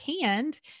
hand